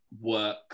work